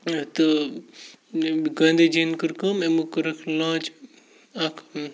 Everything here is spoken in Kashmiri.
تہٕ گاندھی جی یَن کٔر کٲم یِمو کٔر اَکھ لانٛچ اَکھ